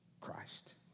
Christ